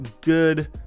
good